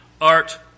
art